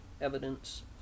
evidence